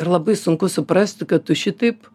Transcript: ir labai sunku suprasti kad tu šitaip